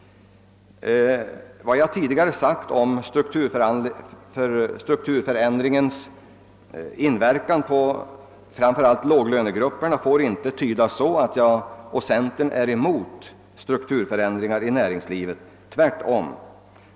Vad jag tidigare sagt om strukturförändringens inverkan beträffande framför allt låglönegrupperna får inte tydas så, att centerpartiet är emot strukturförändringar inom näringslivet, tvärtom.